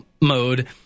mode